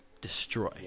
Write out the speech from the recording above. destroy